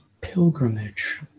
pilgrimage